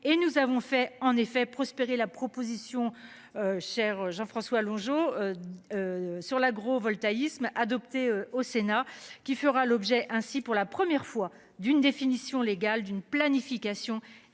et nous avons fait en effet prospérer la proposition. Cher Jean-François Longeot. Sur l'agro-voltaïques adopté au Sénat, qui fera l'objet ainsi pour la première fois d'une définition légale d'une planification et